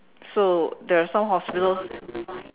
so there's some hospitals